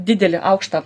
didelį aukštą